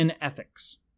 ethics